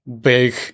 big